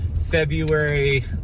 February